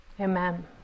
Amen